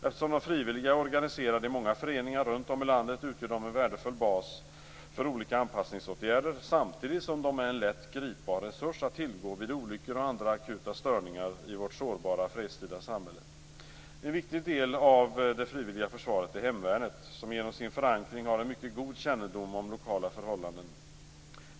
Eftersom de frivilliga är organiserade i många föreningar runt om i landet utgör de en värdefull bas för olika anpassningsåtgärder samtidigt som de är en lätt gripbar resurs att tillgå vid olyckor och andra akuta störningar i vårt sårbara, fredstida samhälle. En viktig del av det frivilliga försvaret är Hemvärnet, som genom sin förankring har en mycket god kännedom om lokala förhållanden.